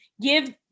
give